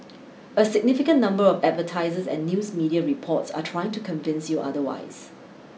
a significant number of advertisers and news media reports are trying to convince you otherwise